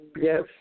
Yes